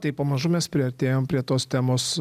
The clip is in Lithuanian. tai pamažu mes priartėjome prie tos temos